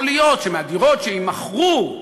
יכול להיות שמהדירות שיימכרו,